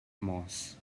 moss